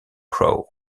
crow